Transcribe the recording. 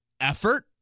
effort